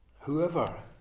whoever